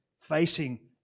facing